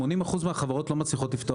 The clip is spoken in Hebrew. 80% מהחברות לא מצליחות לפתוח חשבון.